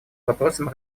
вопросам